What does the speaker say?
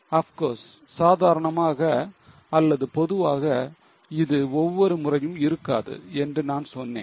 Of course சாதாரணமாக அல்லது பொதுவாக இது ஒவ்வொரு முறையும் இருக்காது என்று நான் சொன்னேன்